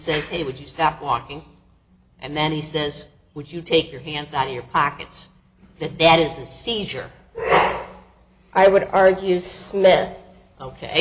it would you stop walking and then he says would you take your hands out in your pockets that that is a seizure i would argue smith ok